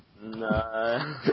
No